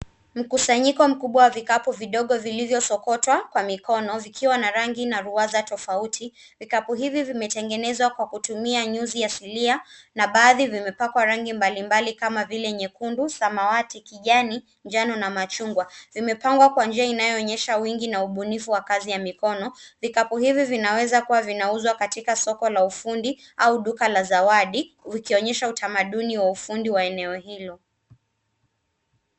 Mkusanyiko mkubwa wa vikapu vidogo vilivyosokotwa kwa mikono vikiwa na rangi na ruwaza tofauti. Vikapu hivi vimetengenzwa kwa kutumia nyuzi asilia na baadhi vimepakwa rangi mbalimbali kama vile nyekundu, samawati, kijani, njano na machungwa. Vimepangwa kwa njia inayoonyesha uwingi na ubunifu wa kazi ya mikono. Vikapu hivi vinaweza kuwa vinauzwa katika soko la ufundi au duka la zawadi vikionyesha utamaduni wa ufundi wa eneo hilo.